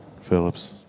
Phillips